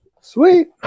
Sweet